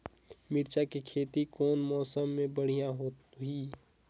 मिरचा के खेती कौन मौसम मे बढ़िया होही?